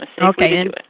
Okay